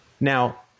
Now